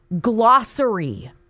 glossary